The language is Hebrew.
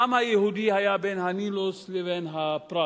העם היהודי היה בין הנילוס לבין הפרת,